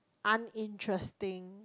uninteresting